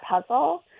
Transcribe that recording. puzzle